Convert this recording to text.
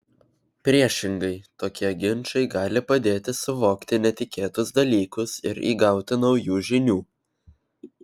priešingai tokie ginčai gali padėti suvokti netikėtus dalykus ir įgauti naujų žinių